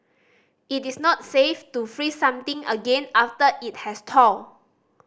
it is not safe to freeze something again after it has thawed